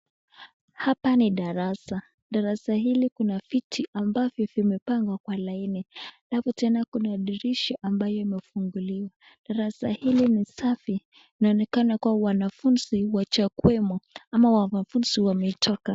Hapa ni darasa. Darasa hili kuna viti ambavyo vimepangwa kwa laini, alafu tena kuna dirisha ambayo imefunguliwa. Darasa hili ni safi inaonekana kuwa wanafunzi hawajakuwemo ama wanafunzi wametoka.